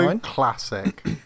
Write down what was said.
Classic